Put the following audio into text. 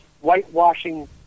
whitewashing